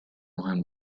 مهم